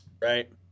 right